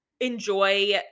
enjoy